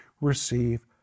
receive